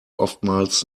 oftmals